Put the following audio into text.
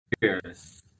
years